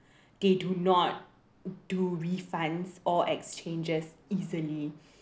they do not do refunds or exchanges easily